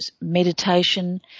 meditation